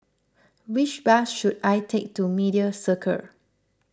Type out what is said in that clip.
which bus should I take to Media Circle